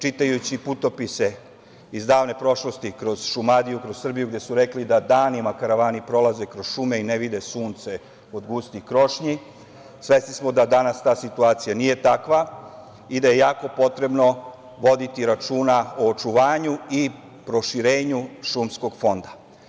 Čitajući putopise iz davne prošlosti kroz Šumadiju, kroz Srbiju, gde su rekli da danima karavani prolaze kroz šume i ne vidi se sunce od gustih krošnji, svesni smo da danas ta situacija nije takva i da je potrebno voditi računa o očuvanju i proširenju šumskog fonda.